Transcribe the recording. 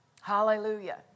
Hallelujah